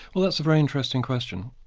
well that's a very interesting question.